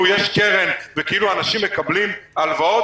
יש קרן וכאילו אנשים מקבלים הלוואות,